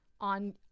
on